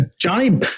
Johnny